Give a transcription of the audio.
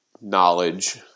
knowledge